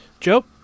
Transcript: Joe